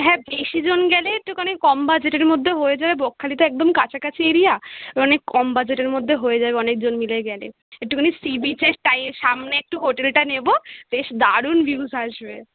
হ্যাঁ বেশি জন গেলে একটুখানি কম বাজেটের মদ্যে হয়ে যাবে বকখালি তো একদম কাছাকাছি এরিয়া মানে কম বাজেটের মধ্যে হয়ে যাবে অনেক জন মিলে গ্যালে একটুখানি সি বিচের তাই সামনে একটু হোটেলটা নেব বেশ দারুণ ভিউজ আসবে